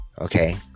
Okay